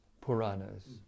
Puranas